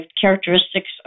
characteristics